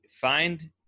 find